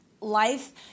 life